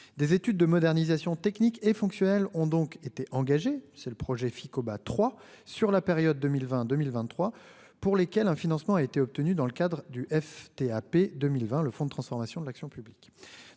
des études de modernisation technique et fonctionnelle ont donc été engagées, c'est le projet Ficoba trois sur la période 2022 1023 pour lesquels un financement a été obtenu dans le cadre du FTA. 2020. Le fond de transformation de l'action publique